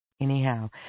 anyhow